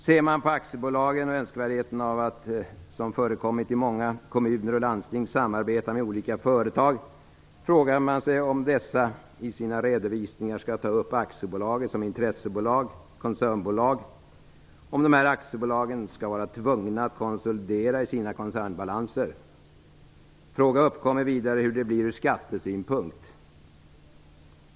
Ser man på aktiebolagen och önskvärdheten av att, som förekommit i många kommuner och landsting, samarbeta med olika företag, frågar man sig om dessa i sina redovisningar skall ta upp aktiebolaget som intressebolag, koncernbolag, och om dessa aktiebolag skall vara tvungna att konsolidera i sina koncernbalanser. Fråga uppkommer vidare hur det blir ur skattesynpunkt.